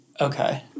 Okay